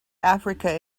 africa